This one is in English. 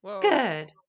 Good